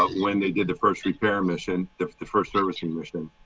when they did the first repair mission, the the first servicing mission.